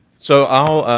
so our,